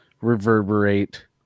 reverberate